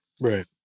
Right